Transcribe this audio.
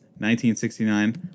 1969